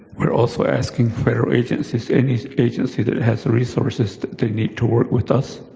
we're also asking federal agencies, any agency that has the resources need to work with us.